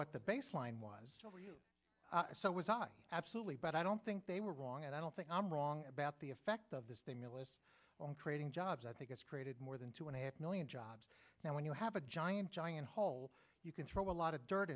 what the baseline was so was i absolutely but i don't think they were wrong and i don't think i'm wrong about the effect of the stimulus on creating jobs i think it's created more than two and a half million jobs now when you have a giant giant hole you can throw a lot of dirt